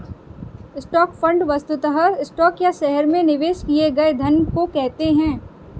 stock fund वस्तुतः stock या शहर में निवेश किए गए धन को कहते हैं